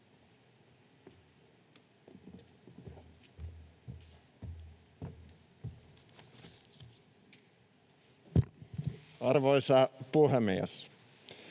Arvoisa puhemies!